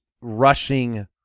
rushing